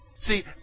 See